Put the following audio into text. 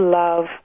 love